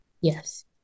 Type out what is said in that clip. Yes